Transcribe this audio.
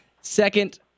second